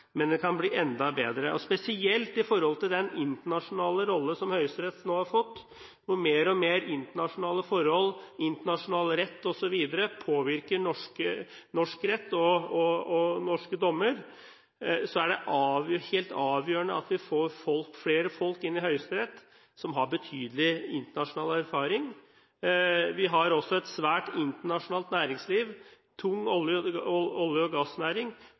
men den kan bli enda bedre. Spesielt med tanke på den internasjonale rolle som Høyesterett nå har fått, hvor mer og mer internasjonale forhold, internasjonal rett osv. påvirker norsk rett og norske dommer, er det helt avgjørende at vi får flere folk som har betydelig internasjonal erfaring inn i Høyesterett. Vi har også et svært internasjonalt næringsliv, en tung olje- og gassnæring og